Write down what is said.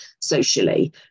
socially